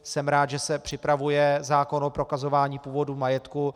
Jsem rád, že se připravuje zákon o prokazování původu majetku.